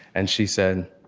and she said,